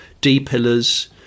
D-pillars